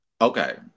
Okay